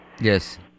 Yes